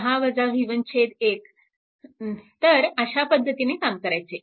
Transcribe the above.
1 तर अशा पद्धतीने काम करायचे